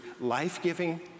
life-giving